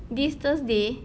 this thursday